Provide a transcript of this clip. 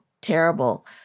terrible